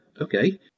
Okay